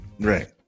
Right